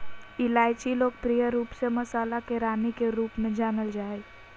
इलायची लोकप्रिय रूप से मसाला के रानी के रूप में जानल जा हइ